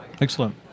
Excellent